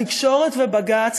התקשורת ובג"ץ,